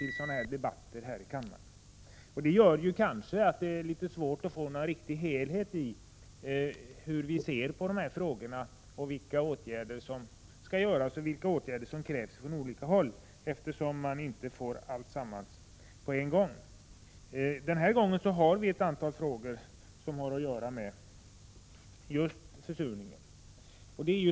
Det förhållandet att vi inte har en samlad diskussion om dessa frågor gör att det blir svårt att få någon helhetsbild av hur vi ser på dessa problem och vilka åtgärder vi anser bör vidtas på olika håll. Vid detta tillfälle diskuterar vi emellertid ett antal frågor som har att göra med försurningen.